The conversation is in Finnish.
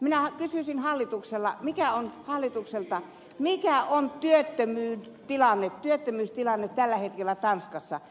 minä kysyisin hallitukselta mikä on työttömyystilanne tällä hetkellä tanskassa